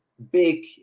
big